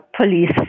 police